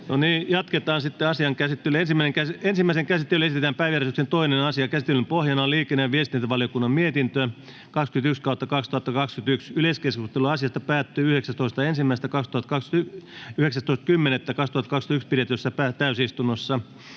muuttamisesta Time: N/A Content: Ensimmäiseen käsittelyyn esitellään päiväjärjestyksen 2. asia. Käsittelyn pohjana on liikenne‑ ja viestintävaliokunnan mietintö LiVM 21/2021 vp. Yleiskeskustelu asiasta päättyi 19.10.2021 pidetyssä täysistunnossa.